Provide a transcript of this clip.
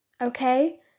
okay